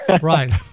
Right